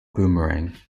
boomerang